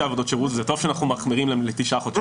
עבודות שירות וטוב שאנחנו מחמירים להם לתשעה חודשי עבודות שירות.